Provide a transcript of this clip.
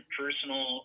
personal